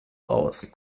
aus